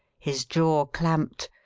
his jaw clamped,